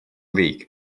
league